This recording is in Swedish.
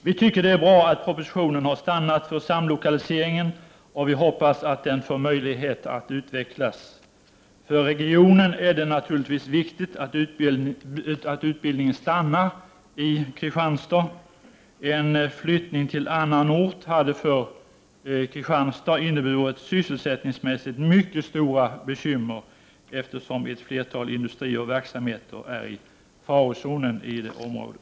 Vi tycker det är bra att propositionen har stannat för samlokaliseringen, och vi hoppas att den får möjligheter att utvecklas. För regionen är det naturligtvis viktigt att utbildningen stannar i Kristianstad. En flyttning till an nan ort hade för Kristianstad sysselsättningsmässigt inneburit mycket stora — Prot. 1989/90:46 bekymmer, eftersom ett flertal industrier och verksamheter i området är i 14 december 1989 farozonen.